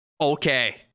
Okay